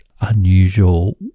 unusual